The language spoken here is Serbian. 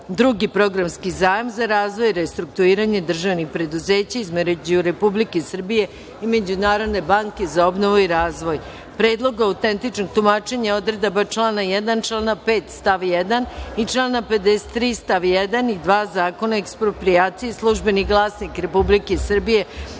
(Drugi programski zajam za razvoj i restrukturiranje državnih preduzeća) između Republike Srbije i Međunarodne banke za obnovu i razvoj, Predlogu autentičnog tumačenja odredaba člana 1, člana 5. stav 1. i člana 53. st. 1. i 2. Zakona o eksproprijaciji („Službeni glasnik RS“, br.